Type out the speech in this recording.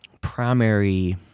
primary